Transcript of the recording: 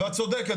ואת צודקת,